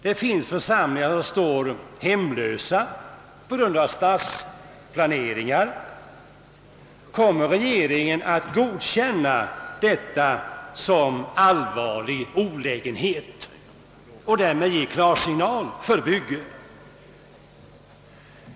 Det finns församlingar som står hemlösa på grund av stadsplaneringar. Kommer regeringen att godkänna detta som allvarlig olägenhet och därmed ge klarsignal för igångsättande av bygge?